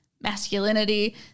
masculinity